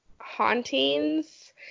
hauntings